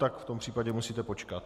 Tak v tom případě musíte počkat.